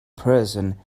person